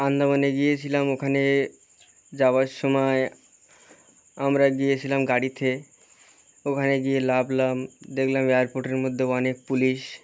আন্দামানে গিয়েছিলাম ওখানে যাওয়ার সময় আমরা গিয়েছিলাম গাড়িতে ওখানে গিয়ে নামলাম দেখলাম এয়ারপোর্টের মধ্যে অনেক পুলিশ